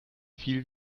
viel